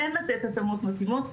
כן לתת התאמות מתאימות,